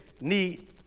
need